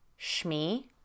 Shmi